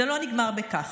זה לא נגמר בכך.